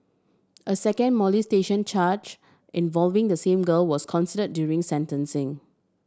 a second molestation charge involving the same girl was consider during sentencing